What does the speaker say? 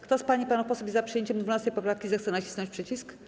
Kto z pań i panów posłów jest za przyjęciem 12. poprawki, zechce nacisnąć przycisk.